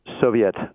Soviet